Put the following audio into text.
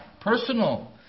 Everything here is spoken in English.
personal